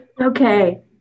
Okay